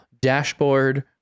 dashboard